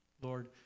Lord